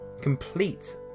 complete